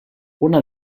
una